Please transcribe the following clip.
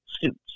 suits